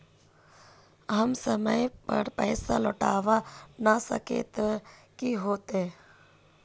अगर हम समय पर पैसा लौटावे ना सकबे ते की होते?